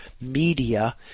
media